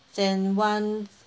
then once